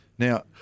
Now